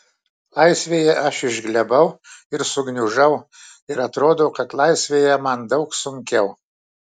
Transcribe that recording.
laisvėje aš išglebau ir sugniužau ir atrodo kad laisvėje man daug sunkiau